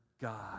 God